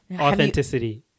authenticity